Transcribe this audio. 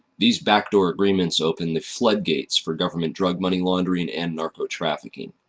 these backdoor agreements open the floodgates for government drug money laundering and narcotrafficking.